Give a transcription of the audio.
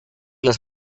les